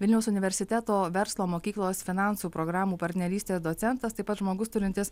vilniaus universiteto verslo mokyklos finansų programų partnerystės docentas taip pat žmogus turintis